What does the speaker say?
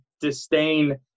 disdain